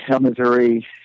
Missouri